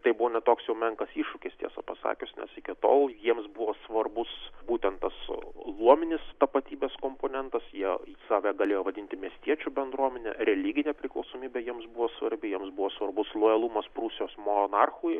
tai buvo ne toks jau menkas iššūkis tiesą pasakius nes iki tol jiems buvo svarbus būtent tas luominis tapatybės komponentas jie save galėjo vadinti miestiečių bendruomene religinė priklausomybė jiems buvo svarbi jiems buvo svarbus lojalumas prūsijos monarchui